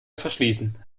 verschließen